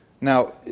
Now